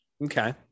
Okay